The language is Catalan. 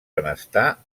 benestar